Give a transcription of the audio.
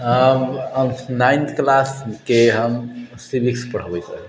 ninth क्लासके हम civics पढ़बैत रही